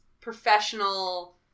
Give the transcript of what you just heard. professional